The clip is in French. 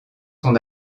son